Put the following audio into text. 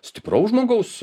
stipraus žmogaus